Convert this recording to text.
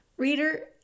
Reader